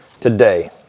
today